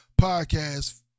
podcast